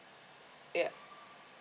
yeah